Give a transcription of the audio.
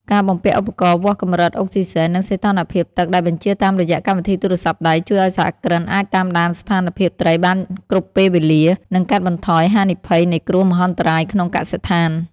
ការបំពាក់ឧបករណ៍វាស់កម្រិតអុកស៊ីហ្សែន និងសីតុណ្ហភាពទឹកដែលបញ្ជាតាមរយៈកម្មវិធីទូរស័ព្ទដៃ ជួយឱ្យសហគ្រិនអាចតាមដានស្ថានភាពត្រីបានគ្រប់ពេលវេលា និងកាត់បន្ថយហានិភ័យនៃគ្រោះមហន្តរាយក្នុងកសិដ្ឋាន។